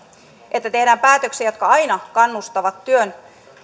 ja että tehdään päätöksiä jotka aina kannustavat työhön